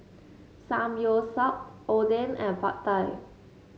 Samgyeopsal Oden and Pad Thai